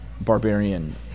barbarian